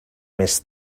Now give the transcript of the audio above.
més